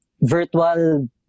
virtual